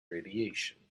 radiation